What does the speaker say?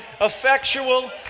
effectual